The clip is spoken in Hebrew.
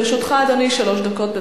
לרשותך, אדוני, שלוש דקות.